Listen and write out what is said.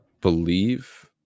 believe